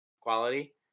quality